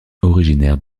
originaires